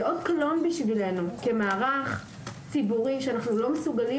זה אות קלון בשבילנו כמערך ציבורי שאנחנו לא מסוגלים